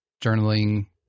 journaling